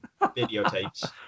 videotapes